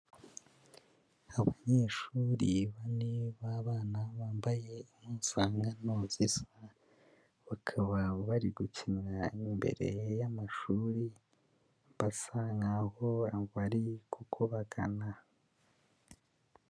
Abanyeshuri bane b'abana bambaye impuzankano zisa, bakaba bari gukinira imbere y'amashuri, basa nkaho bari gukubagana.